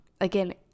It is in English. again